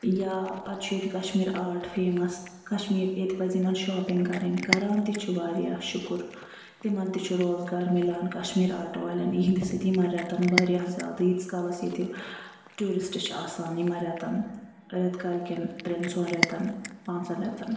یا پتہٕ چھُ ییٚتہِ کشمیٖر آرٹ فیمس کشمیٖر ییٚتہِ پزِ یِمن شاپِنگ کرنۍ کران تہِ چھِ واریاہ شُکر تِمن تہِ چھُ روزگار میلان کشمیٖر آرٹ والیٚن یہنٛدِ سۭتۍ یِمن ریتن واریاہ زیادٕ یۭتِس کالس ییٚتہِ ٹیٛوٗرسٹہٕ چھِ آسان یِمن ریٚتن ریٚتہٕ کال کیٚن ترٛیٚن ژۄن ریٚتن پانژھن ریٚتن